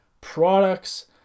products